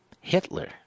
Hitler